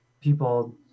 people